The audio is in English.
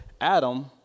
Adam—